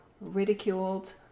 ridiculed